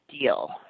deal